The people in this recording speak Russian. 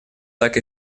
так